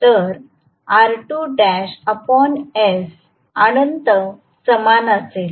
तर R2l s अनंत समान असेल